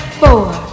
four